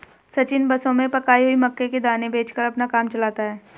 सचिन बसों में पकाई हुई मक्की के दाने बेचकर अपना काम चलाता है